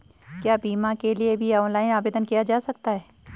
क्या बीमा के लिए भी ऑनलाइन आवेदन किया जा सकता है?